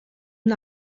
una